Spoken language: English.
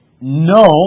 No